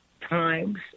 times